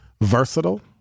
versatile